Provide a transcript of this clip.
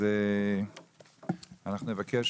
אנחנו נבקש